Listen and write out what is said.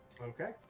Okay